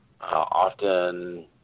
often